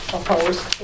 Opposed